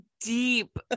deep